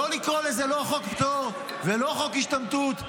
לא לקרוא לזה חוק פטור ולא חוק השתמטות,